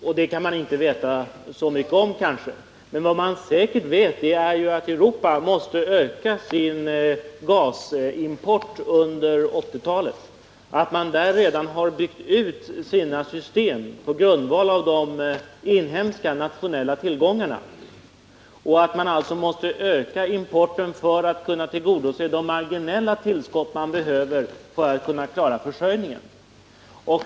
Kanske man inte kan veta så mycket därom, men vad man säkert vet är att Europa måste öka sin gasimport under 1980-talet, att man där redan har byggt ut sina system på grundval av inhemska nationella tillgångar och att man måste öka importen för att kunna tillgodose de marginella tillskott man behöver för att kunna klara försörjningen.